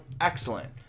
excellent